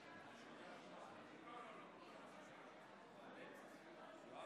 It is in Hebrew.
סמי אבו שחאדה, עאידה תומא סלימאן, אוסאמה